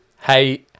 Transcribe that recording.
Hey